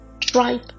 tribe